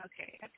Okay